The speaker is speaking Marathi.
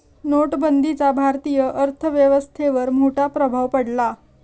नोटबंदीचा भारतीय अर्थव्यवस्थेवर मोठा प्रभाव पडला